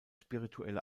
spirituelle